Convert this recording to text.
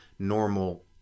normal